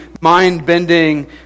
mind-bending